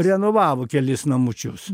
renovavo kelis namučius